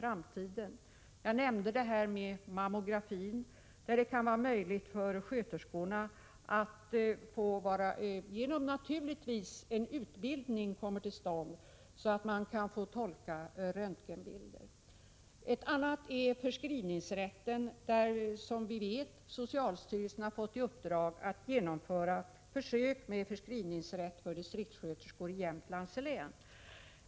Jag nämnde mammografin, där sköterskorna, naturligtvis genom att en utbildning för dem kommer till stånd, kan ges möjligheter att få tolka röntgenbilder. Ett annat område är förskrivningsrätten. Socialstyrelsen har som bekant fått i uppdrag att genomföra försök med förskrivningsrätt för distriktssköterskor i Jämtlands län.